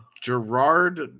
Gerard